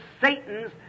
Satan's